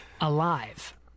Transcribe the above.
alive